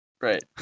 Right